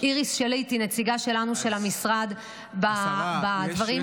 איריס שליט היא נציגה שלנו, של המשרד, בדברים.